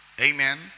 Amen